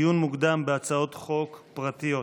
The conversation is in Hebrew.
דיון מוקדם בהצעות חוק פרטיות.